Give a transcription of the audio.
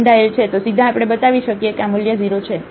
તો સીધા આપણે બતાવી શકીએ કે આ મૂલ્ય 0 છે